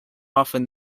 often